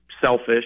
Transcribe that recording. selfish